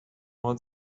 هات